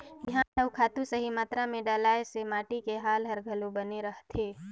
बिहान अउ खातू सही मातरा मे डलाए से माटी के हाल हर घलो बने रहथे